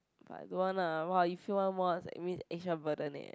but don't want lah !wah! you fail one more that mean extra burden eh